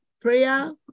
prayer